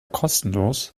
kostenlos